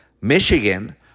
Michigan